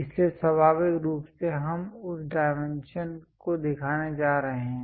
इसलिए स्वाभाविक रूप से हम उस डायमेंशन को दिखाने जा रहे हैं